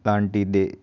దాంటిదే